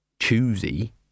choosy